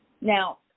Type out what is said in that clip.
Now